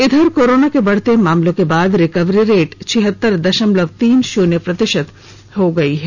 इधर कोरोना के बढ़ते मामलों के बाद रिकवरी रेट छिहत्तर दशमलव तीन शून्य प्रतिशत हो गई है